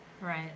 Right